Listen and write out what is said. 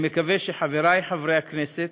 אני מקווה שחברי חברי הכנסת,